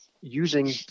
using